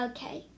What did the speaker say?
Okay